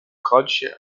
codice